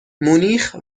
مونیخ